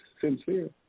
sincere